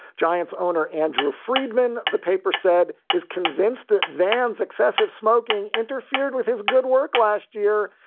giants owner andrew freedman, the paper said, is convinced that van's excessive smoking interfered with his good work last year,